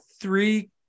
three